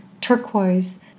turquoise